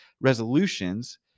resolutions